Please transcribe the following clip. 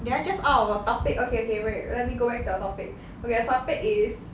did I just out of our topic okay okay wait let me go back to our topic okay our topic is